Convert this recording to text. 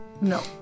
no